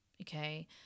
okay